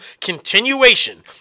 continuation